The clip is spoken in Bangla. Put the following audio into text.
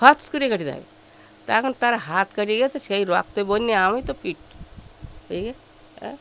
খচ করে কেটে যায় তা এখন তার হাত কেটে গিয়েছে সেই রক্ত বন্যা আমি তো ফিট এই হ্যাঁ